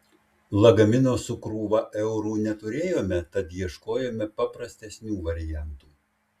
lagamino su krūva eurų neturėjome tad ieškojome paprastesnių variantų